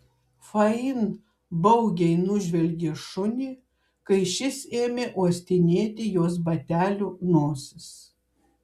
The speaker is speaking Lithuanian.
fain baugiai nužvelgė šunį kai šis ėmė uostinėti jos batelių nosis